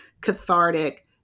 cathartic